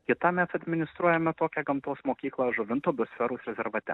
kitą mes administruojame tokią gamtos mokyklą žuvinto biosferos rezervate